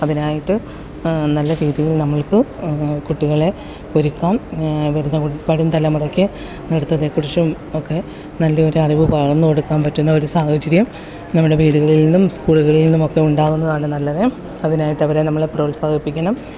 അതിനായിട്ട് നല്ല രീതിയിൽ നമ്മൾക്ക് കുട്ടികളെ ഒരുക്കാം വരുന്ന വരും തലമുറയ്ക്ക് നൃർത്തത്തെക്കുറിച്ചും ഒക്കെ നല്ല ഒരു അറിവ് പകർന്നു കൊടുക്കാൻ പറ്റുന്ന ഒരു സാഹചര്യം നമ്മുടെ വീടുകളിൽ നിന്നും സ്കൂളുകളിൽ നിന്നുമൊക്കെ ഉണ്ടാവുന്നതാണ് നല്ലത് അതിനായിട്ട് അവരെ നമ്മൾ പ്രോത്സാഹിപ്പിക്കണം